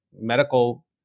medical